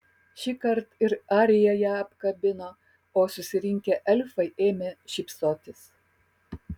šįkart ir arija ją apkabino o susirinkę elfai ėmė šypsotis